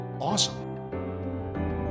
awesome